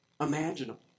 imaginable